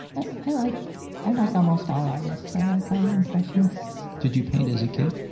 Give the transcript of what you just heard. i like i like almost all artists. i like all impressionists. did you paint as a kid?